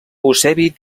eusebi